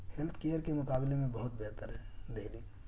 health care کے مقابلے میں بہت بہتر ہے دہلی